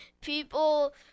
people